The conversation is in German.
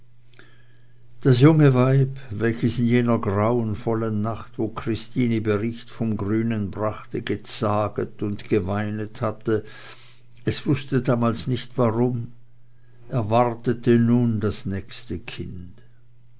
das junge weib welches in jener grauenvollen nacht wo christine bericht vom grünen brachte gezaget und geweinet hatte es wußte damals nicht warum erwartete nun das nächste kind